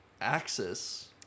axis